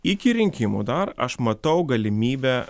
iki rinkimų dar aš matau galimybę